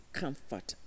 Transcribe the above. comfort